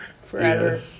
forever